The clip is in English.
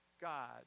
God